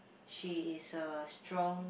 she is a strong